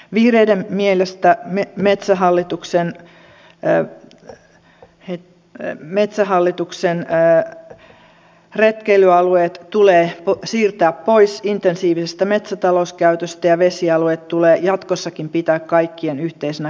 vihreiden mielestä metsähallituksen retkeilyalueet tulee siirtää pois intensiivisestä metsätalouskäytöstä ja vesialueet tulee jatkossakin pitää kaikkien yhteisenä kansallisomaisuutena